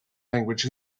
language